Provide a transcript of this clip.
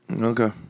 Okay